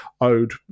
owed